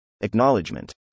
Acknowledgement